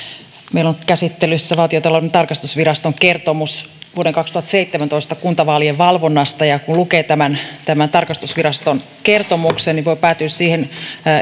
meillä on käsittelyssä valtiontalouden tarkastusviraston kertomus vuoden kaksituhattaseitsemäntoista kuntavaalien valvonnasta ja kun lukee tämän tämän tarkastusviraston kertomuksen niin voi päätyä siihen